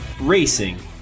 racing